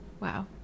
wow